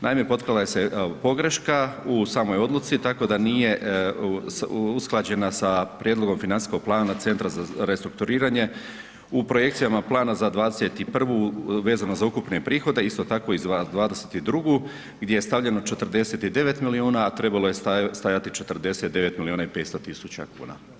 Naime, potkrala se pogreška u samoj odluci tako da nije usklađena sa Prijedlogom financijskoga plana Centra za restrukturiranje u projekcijama plana za '21. vezano za ukupne prihode, isto tako i za '22. gdje je stavljeno 49 milijuna, a trebalo je stajati 49 milijuna i 500 tisuća kuna.